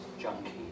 junkie